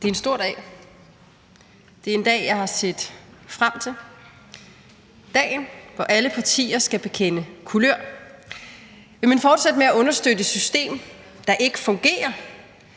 Det er en stor dag. Det er en dag, jeg har set frem til – dagen, hvor alle partier skal bekende kulør. Vil man fortsætte med at understøtte et system, der ikke fungerer,